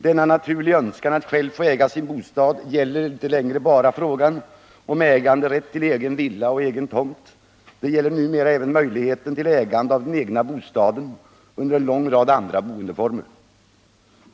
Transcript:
Denna naturliga önskan att själv få äga sin bostad gäller inte längre bara frågan om äganderätt till egen villa och egen tomt; den gäller numera även möjligheten till ägande av bostaden inom en lång rad andra boendeformer.